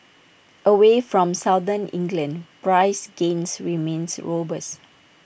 away from southern England price gains remains robust